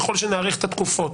ככל שנאריך את התקופות,